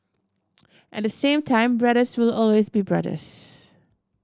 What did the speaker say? at the same time brothers will always be brothers